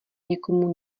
někomu